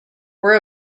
were